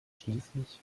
schließlich